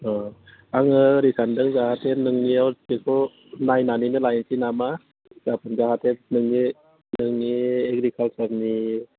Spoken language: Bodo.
अ आङो ओरै सान्दों जाहाथे नोंनियाव बेखौ नायनानैनो लायनोसै नामा गाबोन जाहाथे नोंनि एग्रिकाल्सारनि